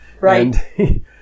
Right